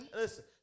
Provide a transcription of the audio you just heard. Listen